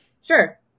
Sure